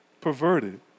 perverted